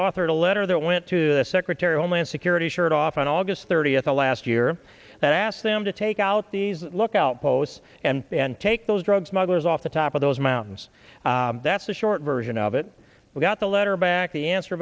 authored a letter that went to the secretary of homeland security shirt off on august thirtieth of last year that asked them to take out these lookout posts and then take those drug smugglers off the top of those mountains that's the short version of it we got the letter back the answer